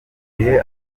gihe